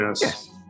yes